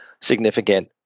significant